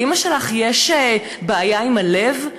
לאימא שלך יש בעיה עם הלב?